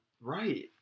Right